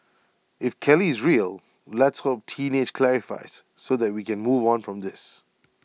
if Kelly is real let's hope teenage clarifies so that we can move on from this